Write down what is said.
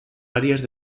áreas